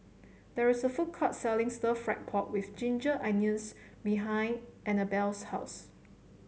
there is a food court selling Stir Fried Pork with Ginger Onions behind Annabelle's house